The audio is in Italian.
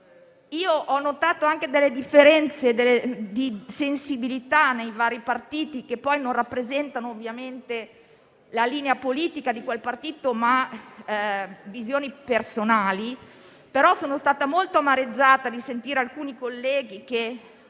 Io ho notato anche delle differenze di sensibilità tra i colleghi, che non rappresentano ovviamente la linea politica del loro partito, ma visioni personali, però sono stata molto amareggiata nel sentire alcuni colleghi che